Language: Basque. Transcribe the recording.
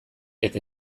eta